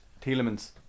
Telemans